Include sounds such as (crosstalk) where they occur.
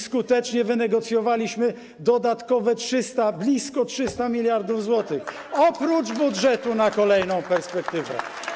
Skutecznie wynegocjowaliśmy dodatkowe blisko 300 mld zł, (applause) oprócz budżetu na kolejną perspektywę.